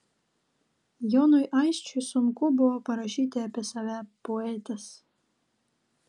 jonui aisčiui sunku buvo parašyti apie save poetas